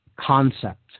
concept